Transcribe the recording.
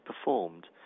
performed